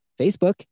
Facebook